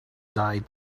died